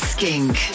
Skink